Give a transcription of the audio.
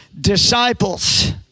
disciples